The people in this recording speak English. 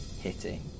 hitting